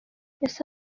ese